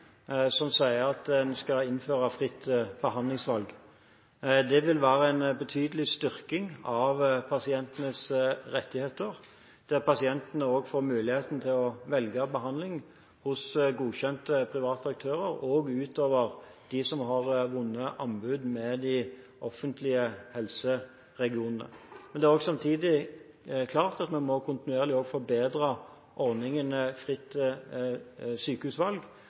som sier at man skal innføre fritt behandlingsvalg. Det vil være en betydelig styrking av pasientenes rettigheter, der pasientene også får muligheten til å velge behandling hos godkjente private aktører, også andre enn de som har vunnet anbud hos de offentlige helseregionene. Det er samtidig også klart at man kontinuerlig må forbedre ordningen med fritt sykehusvalg,